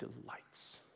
delights